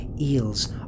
eels